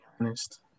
honest